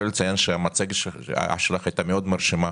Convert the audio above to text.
לציין שהמצגת של פזית הייתה מאוד מרשימה.